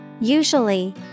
Usually